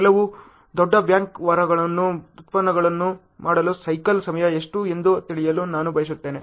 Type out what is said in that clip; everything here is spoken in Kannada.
ಕೆಲವು ದೊಡ್ಡ ಬ್ಯಾಂಕ್ ಮರಳನ್ನು ಉತ್ಖನನ ಮಾಡಲು ಸೈಕಲ್ ಸಮಯ ಎಷ್ಟು ಎಂದು ತಿಳಿಯಲು ನಾನು ಬಯಸುತ್ತೇನೆ